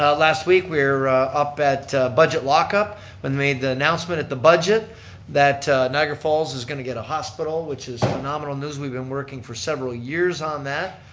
ah last week we were up at budget lock-up when we made the announcement at the budget that niagara falls is going to get a hospital, which is phenomenal news. we've been working for several years on that,